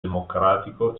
democratico